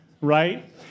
right